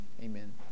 amen